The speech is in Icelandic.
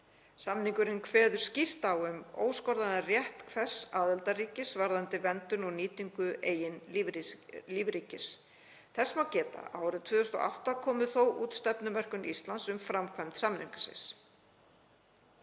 Samningurinn kveður skýrt á um óskoraðan rétt hvers aðildarríkis varðandi verndun og nýtingu eigin lífríkis. Þess má geta að árið 2008 kom þó út stefnumörkun Íslands um framkvæmd samningsins.